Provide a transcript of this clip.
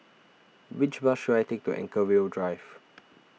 which bus should I take to Anchorvale Drive